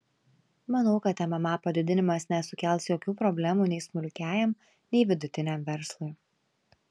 manau kad mma padidinimas nesukels jokių problemų nei smulkiajam nei vidutiniam verslui